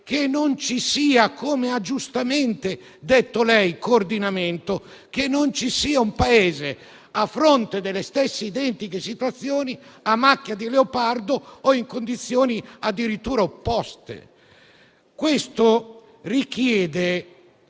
non ci sia - come ha giustamente detto lei parlando di coordinamento - un Paese, a fronte delle stesse, identiche situazioni, a macchia di leopardo o in condizioni addirittura opposte. Questo richiede